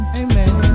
amen